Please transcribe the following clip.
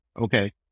Okay